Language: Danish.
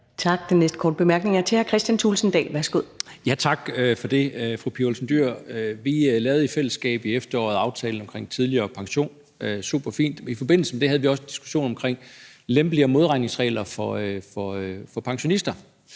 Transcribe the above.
Thulesen Dahl. Værsgo. Kl. 14:40 Kristian Thulesen Dahl (DF): Tak for det. Fru Pia Olsen Dyhr, vi lavede i fællesskab i efteråret aftalen omkring tidligere pension – superfint – og i forbindelse med det havde vi også en diskussion omkring lempeligere modregningsregler for pensionister.